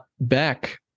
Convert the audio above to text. back